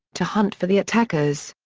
to hunt for the attackers.